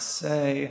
say